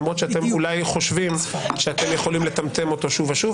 למרות שאתם אולי חושבים שאתם יכולים לטמטם אותו שוב ושוב.